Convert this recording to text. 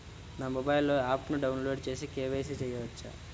నా మొబైల్లో ఆప్ను డౌన్లోడ్ చేసి కే.వై.సి చేయచ్చా?